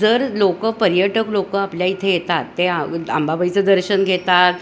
जर लोक पर्यटक लोक आपल्या इथे येतात ते आ अंबाबाईचं दर्शन घेतात